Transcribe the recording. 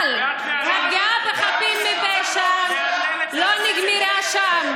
אבל הפגיעה בחפים מפשע לא נגמרה שם.